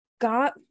got